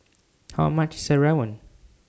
How much IS Rawon